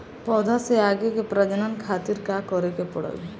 पौधा से आगे के प्रजनन खातिर का करे के पड़ी?